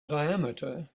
diameter